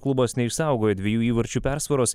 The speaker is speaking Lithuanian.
klubas neišsaugojo dviejų įvarčių persvaros